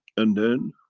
and then,